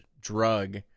drug